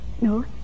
no